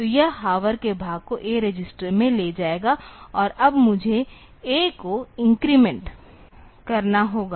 तो यह हावर के भाग को A रजिस्टर में ले जाएगा और अब मुझे A को इन्क्रीमेंट करना होगा